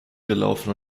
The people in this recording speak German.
gelaufen